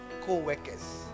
co-workers